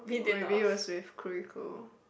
or maybe it was with Curico